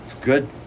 Good